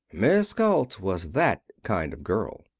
miss galt was that kind of girl.